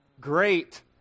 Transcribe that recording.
great